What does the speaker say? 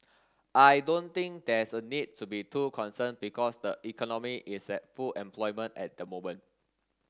I don't think there's a need to be too concerned because the economy is at full employment at the moment